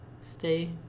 stay